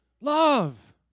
Love